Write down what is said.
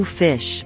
fish